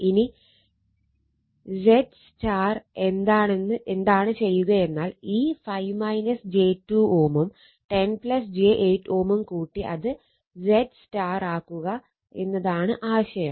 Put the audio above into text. ഇനി ZY എന്താണ് ചെയ്യുകയെന്നാൽ ഈ 5 j 2 Ω ഉം 10 j 8 Ω കൂട്ടി അത് ZY ആക്കുക എന്നതാണ് ആശയം